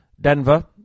Denver